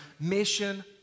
mission